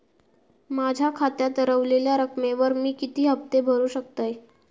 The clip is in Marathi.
माझ्या खात्यात रव्हलेल्या रकमेवर मी किती हफ्ते भरू शकतय?